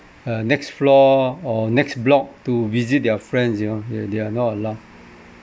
uh next floor or next block to visit their friends you know they they are not allowed